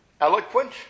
Eloquent